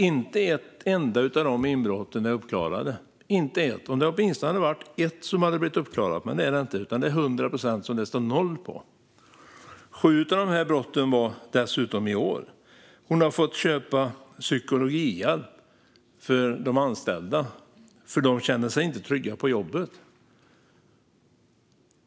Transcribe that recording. Inte ett enda av dessa inbrott är uppklarade - inte ett enda! Om det åtminstone hade varit ett som hade blivit uppklarat, men det är det inte, utan det är 100 procent som det står "noll" på. Sju av dessa inbrott var dessutom i år. Hon har fått köpa psykologhjälp till de anställda, för de känner sig inte trygga på jobbet.